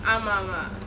ஆமா ஆமா:aama aama